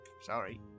Sorry